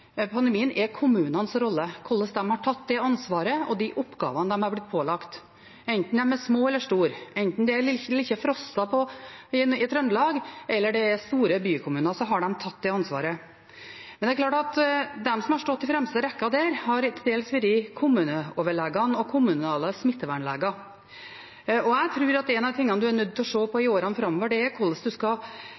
pandemien, er kommunenes rolle og hvordan de har tatt det ansvaret og de oppgavene de er blitt pålagt – enten de er små eller store, enten det er lille Frosta i Trøndelag eller store bykommuner, har de tatt det ansvaret. Det er klart at de som har stått i fremste rekke der, har dels vært kommuneoverlegene og kommunale smittevernleger. Jeg tror at en av tingene en er nødt til å se på i årene framover, er hvordan en skal